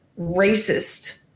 racist